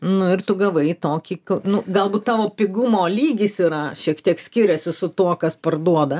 nu ir tu gavai tokį nu galbūt tavo pigumo lygis yra šiek tiek skiriasi su tuo kas parduoda